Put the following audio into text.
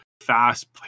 fast